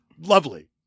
Lovely